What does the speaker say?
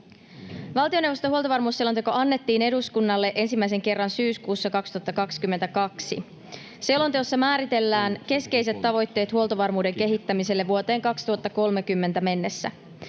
Valtioneuvoston huoltovarmuusselonteko annettiin eduskunnalle ensimmäisen kerran syyskuussa 2022. Selonteossa määritellään keskeiset tavoitteet huoltovarmuuden kehittämiselle vuoteen 2030 mennessä.